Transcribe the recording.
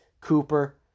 Cooper